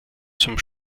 zum